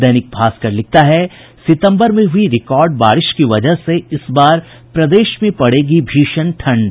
दैनिक भास्कर लिखता है सितम्बर में हुई रिकॉर्ड बारिश की वजह से इस बार प्रदेश में पड़ेगी भीषण ठंढ़